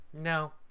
no